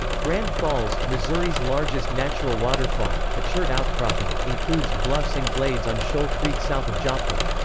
grand falls, missouri's largest natural waterfall, a chert outcropping, includes bluffs and glades on shoal creek south of joplin.